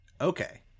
Okay